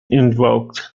invoked